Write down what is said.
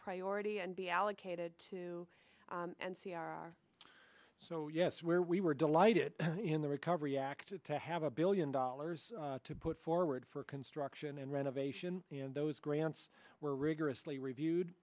priority and be allocated to and c r so yes where we were delighted in the recovery act to have a billion dollars to put forward for construction and renovation and those grants were rigorously reviewed